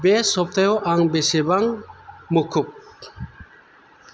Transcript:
बे सप्तायाव आं बेसेबां मुखुब